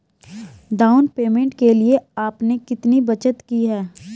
Down payment के लिए आपने कितनी बचत की है?